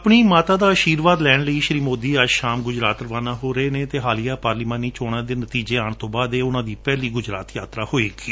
ਆਪਣੀ ਮਾਤਾ ਦਾ ਅਸ਼ੀਰਵਾਦ ਲੈਣ ਲਈ ਸ਼ੀ ਮੋਦੀ ਅੱਜ ਸ਼ਾਮ ਗੁਜਰਾਤ ਰਵਾਨਾ ਹੋ ਰਹੇ ਨੇ ਅਤੇ ਹਾਲਿਆ ਪਾਰਲੀਮਾਨੀ ਚੋਣਾਂ ਦੇ ਨਤੀਜੇ ਆਉਣ ਤੋਂ ਬਾਦ ਇਹ ਉਨਾਂ ਦੀ ਪਹਿਲੀ ਗੁਜਰਾਤ ਯਾਤਰਾ ਹੋਵੇਗੀ